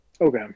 Okay